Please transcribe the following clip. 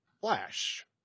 Flash